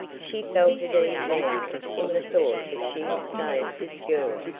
she felt at ease now in the thought that she had saved this girl.